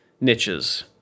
niches